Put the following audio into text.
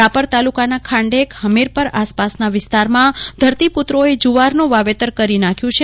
રાપર તાલુકાના ખાંડેક ફમીરપર આસપાસના વિસ્તારમાં ધરતીપુત્રોએ જુવારનું વાવેતર કરી નાખ્યું છે